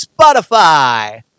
Spotify